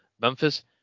Memphis